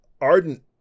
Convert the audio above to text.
ardent